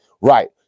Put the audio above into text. right